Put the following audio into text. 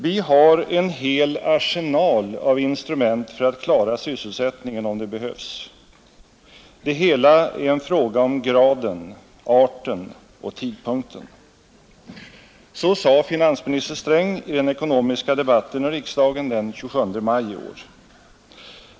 ”Vi har en hel arsenal av instrument för att klara sysselsättningen, om det behövs. Det hela är en fråga om graden, arten och tidpunkten.” Så sade finansminister Sträng i den ekonomiska debatten i riksdagen den 27 maj i år.